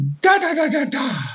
Da-da-da-da-da